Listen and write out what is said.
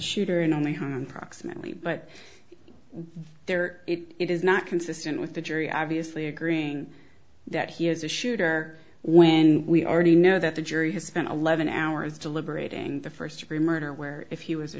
shooter and only on proximately but there it is not consistent with the jury obviously agreeing that he is the shooter when we already know that the jury has spent eleven hours deliberating the first degree murder where if he was